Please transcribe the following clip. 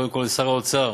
קודם כול, לשר האוצר,